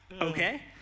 Okay